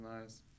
nice